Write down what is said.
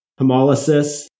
hemolysis